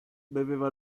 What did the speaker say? beveva